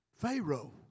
Pharaoh